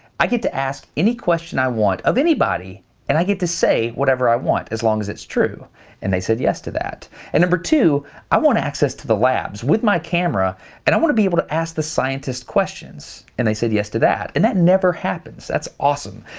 i get to ask any question i want of anybody and i get to say whatever i want as long as it's true and they said yes to that and number two i want access to the labs with my camera and i want to be able to ask the scientist questions, and they said yes to that and that never happens! that's awesome.